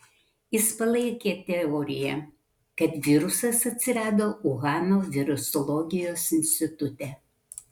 jis palaikė teoriją kad virusas atsirado uhano virusologijos institute